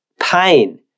pain